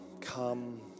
come